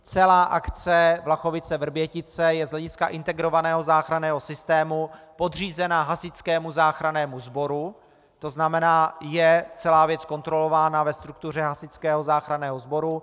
Celá akce VlachoviceVrbětice je z hlediska integrovaného záchranného systému podřízena Hasičskému záchrannému sboru, to znamená, je celá věc kontrolována ve struktuře Hasičského záchranného sboru.